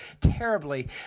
terribly